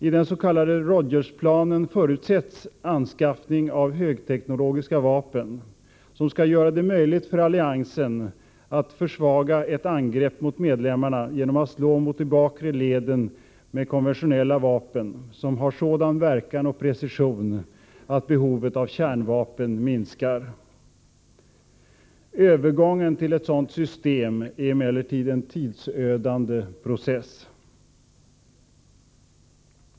I den s.k. Rogersplanen förutsätts anskaffning av högteknologiska vapen som skall göra det möjligt för alliansen att försvaga ett angrepp mot medlemmarna genom att slå mot de bakre leden med konventionella vapen som har sådan verkan och precision att behovet av kärnvapen minskar. Övergången till ett sådant system är emellertid en tidsödande process.